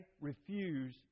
refuse